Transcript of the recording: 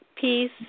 peace